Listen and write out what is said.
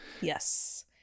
Yes